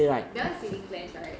that one is sitting plan right